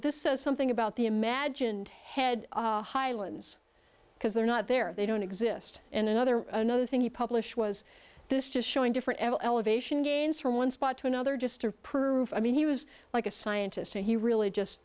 this says something about the imagined head highlands because they're not there they don't exist in another another thing you publish was this just showing different elevation gains from one spot to another just to prove i mean he was like a scientist and he really just